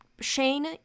Shane